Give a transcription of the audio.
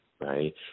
right